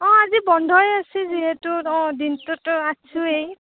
অঁ আজি বন্ধই আছে যিহেতু দিনটোতো আছোৱেই